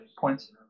points